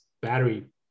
battery